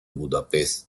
budapest